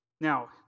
Now